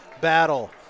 battle